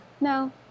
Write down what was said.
no